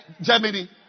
Germany